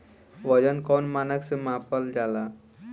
वजन कौन मानक से मापल जाला?